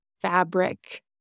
fabric